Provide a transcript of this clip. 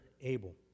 Abel